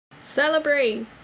Celebrate